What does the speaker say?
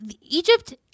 egypt